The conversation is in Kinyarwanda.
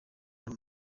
n’u